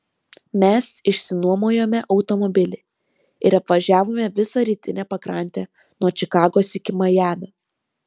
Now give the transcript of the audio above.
mes išsinuomojome automobilį ir apvažiavome visą rytinę pakrantę nuo čikagos iki majamio